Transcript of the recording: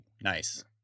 nice